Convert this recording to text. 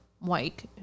Mike